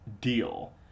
deal